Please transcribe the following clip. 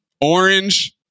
orange